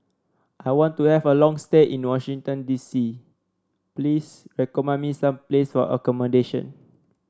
I want to have a long stay in Washington D C please recommend me some place for accommodation